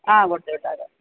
ആ കൊടുത്തു വിട്ടേക്കാം